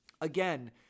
again